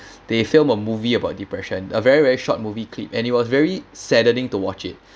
they filmed a movie about depression a very very short movie clip and it was very saddening to watch it